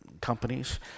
companies